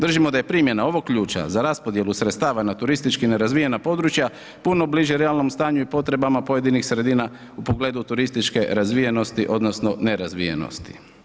Držimo da je primjena ovog ključa za raspodjelu sredstava na turistički nerazvijena područja puno bliže realnom stanju i potrebama pojedinih sredina u pogledu turističke razvijenosti odnosno nerazvijenosti.